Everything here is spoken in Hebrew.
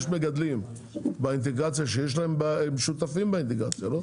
יש מגדלים באינטגרציה שהם שותפים באינטגרציה לא?